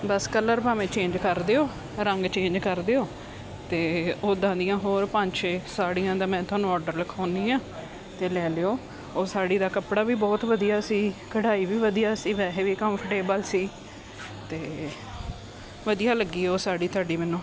ਬਸ colour ਭਾਵੇਂ change ਕਰ ਦਿਓ ਰੰਗ ਚੇਂਜ ਕਰ ਦਿਓ ਅਤੇ ਓਦਾਂ ਦੀਆਂ ਹੋਰ ਪੰਜ ਛੇ ਸਾੜੀਆਂ ਦਾ ਮੈਂ ਤੁਹਾਨੂੰ ਆਰਡਰ ਲਿਖਾਉਂਦੀ ਹਾਂ ਅਤੇ ਲੈ ਲਿਓ ਉਹ ਸਾੜੀ ਦਾ ਕੱਪੜਾ ਵੀ ਬਹੁਤ ਵਧੀਆ ਸੀ ਕਢਾਈ ਵੀ ਵਧੀਆ ਸੀ ਵੈਸੇ ਵੀ ਕੰਮਫ਼ਰਟੇਬਲ ਸੀ ਅਤੇ ਵਧੀਆ ਲੱਗੀ ਉਹ ਸਾੜੀ ਤੁਹਾਡੀ ਮੈਨੂੰ